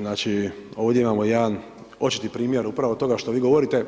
Znači ovdje imamo jedan očiti primjer upravo toga što vi govorite,